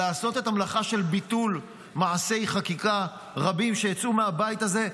לעשות את המלאכה של ביטול מעשי חקיקה רבים שיצאו מהבית הזה.